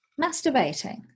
masturbating